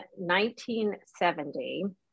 1970